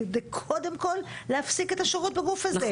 כדי קודם כל להפסיק את השירות בגוף הזה.